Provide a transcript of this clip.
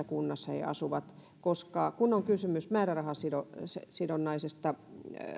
kunnassa he asuvat koska kun on kysymys määrärahasidonnaisesta